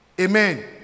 Amen